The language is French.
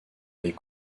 les